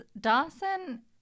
Dawson